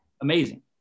Amazing